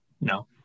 No